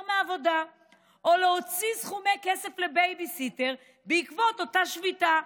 מהעבודה או להוציא סכומי כסף עבור בייביסיטר בעקבות אותה שביתה,